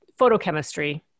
photochemistry